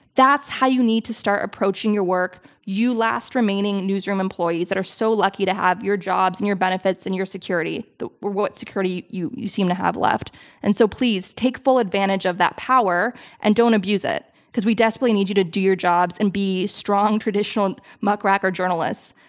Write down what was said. that's how you need to start approaching your work you last remaining newsroom employees that are so lucky to have your jobs and your benefits and your security. what security you you seem to have left and so please take full advantage of that power and don't abuse it because we desperately need you to do your jobs and be strong traditional muckraker journalists.